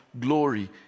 glory